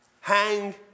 hang